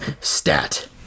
Stat